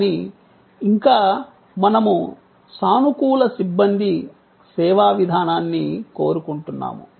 కానీ ఇంకా మనము సానుకూల సిబ్బంది సేవా విధానాన్ని కోరుకుంటున్నాము